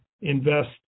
invest